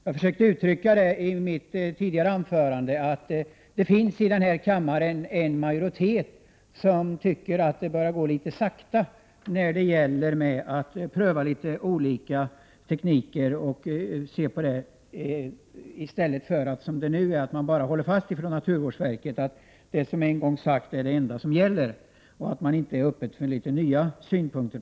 Jag har i mitt tidigare anförande försökt uttrycka att det i den här kammaren finns en majoritet som tycker att det börjar gå litet sakta med att pröva nya tekniker och se på dem. Naturvårdsverket håller i stället fast vid att det som en gång sagts är det enda som gäller, och man är inte öppen för nya synpunkter.